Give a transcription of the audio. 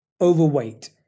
overweight